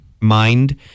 mind